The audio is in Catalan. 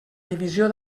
divisió